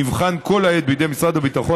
נבחן כל העת בידי משרד הביטחון,